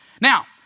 Now